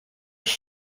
ich